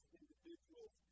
individuals